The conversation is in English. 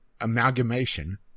amalgamation